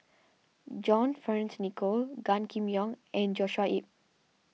John Fearns Nicoll Gan Kim Yong and Joshua Ip